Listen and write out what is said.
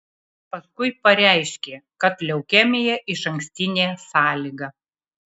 paskui pareiškė kad leukemija išankstinė sąlyga